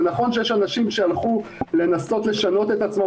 נכון שיש אנשים שהלכו לנסות לשנות את עצמם